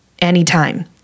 anytime